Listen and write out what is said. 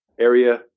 area